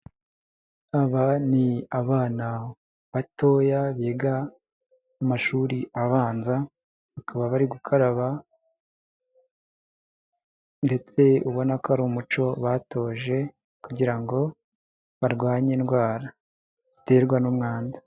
Aba ni abana batoya biga mu mashuri abanza bakaba bari gukaraba ndetse ubona ko ari umuco batoje kugira ngo barwanye indwara ziterwa n'umwanda.